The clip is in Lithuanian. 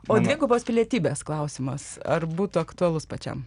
o dvigubos pilietybės klausimas ar būtų aktualus pačiam